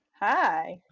Hi